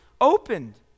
opened